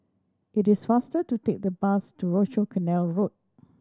it is faster to take the bus to Rochor Canal Road